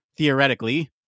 theoretically